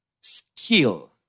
skill